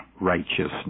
righteousness